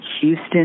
Houston